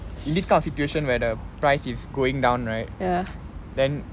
in this kind of situation where the price is going down right then